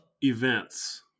events